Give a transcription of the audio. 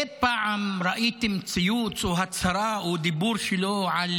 אי-פעם ראיתם ציוץ או הצהרה או דיבור שלו על